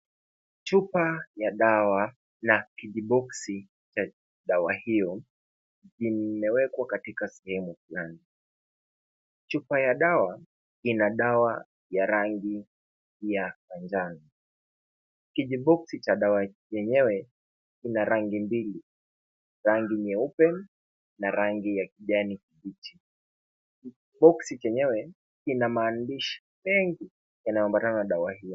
Chupa ya dawa na kijiboksi cha dawa hiyo, imewekwa katika sehemu fulani. Chupa ya dawa, ina dawa ya rangi ya manjano. Kijiboksi cha dawa yenyewe, ina rangi mbili, rangi nyeupe na rangi ya kijani kibichi, boksi chenyewe kina maandishi mengi yanayo ambatana na dawa hiyo.